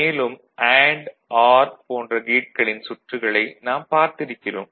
மேலும் and or போன்ற கேட்களின் சுற்றுகளை நாம் பார்த்திருக்கிறோம்